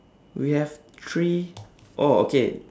we have three oh okay